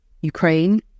Ukraine